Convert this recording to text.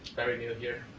very new here.